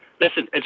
Listen